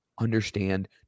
understand